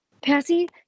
Passy